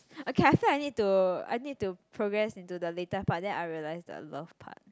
okay I feel I need to I need to progress into the later part then I realise the love part